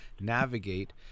navigate